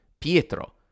Pietro